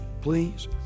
please